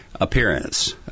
appearance